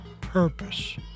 purpose